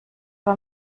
war